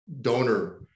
donor